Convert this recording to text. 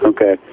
Okay